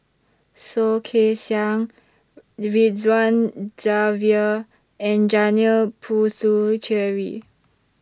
Soh Kay Siang Ridzwan Dzafir and Janil Puthucheary